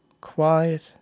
Quiet